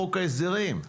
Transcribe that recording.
לחוק ההסדרים.